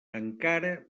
encara